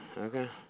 Okay